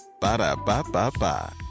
Ba-da-ba-ba-ba